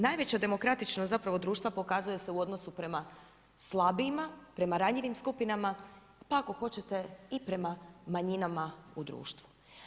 Najveća demokratičnost zapravo društva pokazuje se u odnosu prema slabijima, prema ranjivim skupinama, pa ako hoćete i prema manjinama u društvu.